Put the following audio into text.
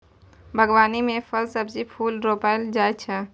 बागवानी मे फल, सब्जी, फूल रौपलो जाय छै